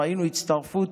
רואים הצטרפות,